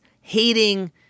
hating